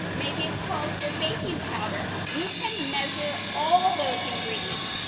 maybe a cause for baking powder, you can measure all those ingredients.